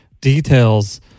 details